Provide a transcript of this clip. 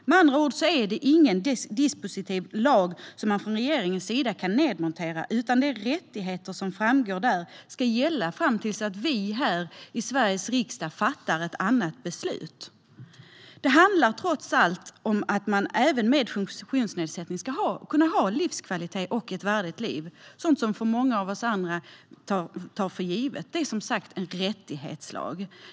Med andra ord är det inte en dispositiv lag som man från regeringens sida kan nedmontera, utan de rättigheter som framgår där ska gälla fram till dess att vi här i Sveriges riksdag fattar ett annat beslut. Det handlar trots allt om att man även med funktionsnedsättning ska kunna ha livskvalitet och ett värdigt liv, sådant som många av oss andra tar för givet. Det är som sagt en rättighetslag.